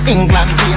England